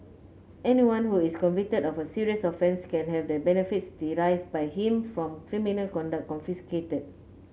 anyone who is convicted of a serious offence can have the benefits derived by him from criminal conduct confiscated